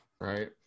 Right